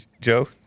Joe